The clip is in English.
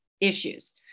issues